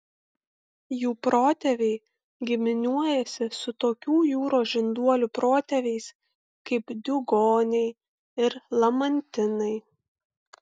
jų protėviai giminiuojasi su tokių jūros žinduolių protėviais kaip diugoniai ir lamantinai